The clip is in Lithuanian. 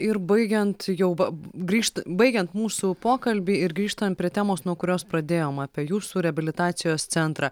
ir baigiant jau grįžt baigiant mūsų pokalbį ir grįžtant prie temos nuo kurios pradėjom apie jūsų reabilitacijos centrą